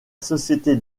société